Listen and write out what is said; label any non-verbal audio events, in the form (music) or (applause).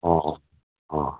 অঁ অঁ (unintelligible) অঁ